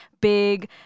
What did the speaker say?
big